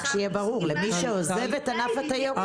למי שעוזב את ענף התיירות.